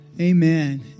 Amen